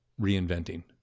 reinventing